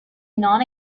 non